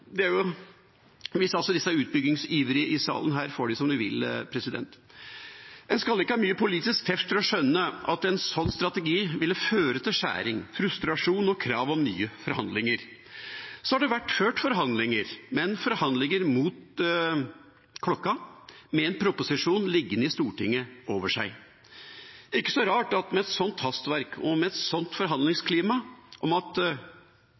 hvis disse utbyggingsivrige i salen her får det som de vil. En skal ikke ha mye politisk teft for å skjønne at en sånn strategi ville føre til skjæring, frustrasjon og krav om nye forhandlinger. Så har det vært ført forhandlinger, men forhandlinger mot klokka, med en proposisjon liggende i Stortinget over seg. Ikke så rart at med et sånt hastverk og med et forhandlingsklima om at